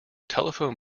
telephone